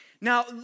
Now